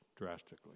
drastically